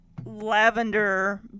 lavender